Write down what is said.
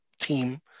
team